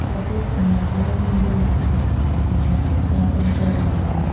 សាជីសំណាញ់ដែកមានរន្ធល្អិតៗដែលអនុញ្ញាតឱ្យខ្យល់ចេញចូលបានល្អ។